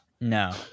no